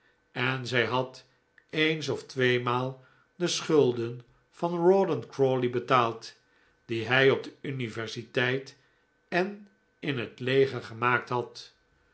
en zij had eens of tweemaal de schulden van rawdori crawley betaald die hij op de universiteit en in het leger gemaakt had